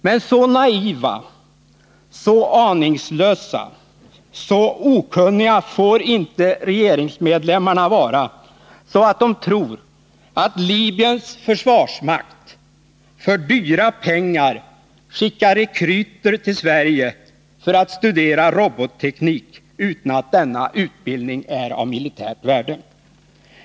Men så naiva, så aningslösa, så okunniga får inte regeringsmedlemmarna vara att de tror att Libyens försvarsmakt för dyra pengar skickar rekryter till Sverige för att de skall studera robotteknik utan att denna utbildning är av militärt värde.